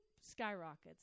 skyrockets